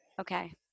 okay